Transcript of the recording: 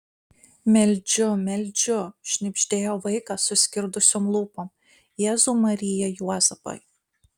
meldžiu meldžiu šnibždėjo vaikas suskirdusiom lūpom jėzau marija juozapai